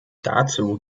dazu